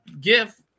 gift